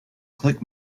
click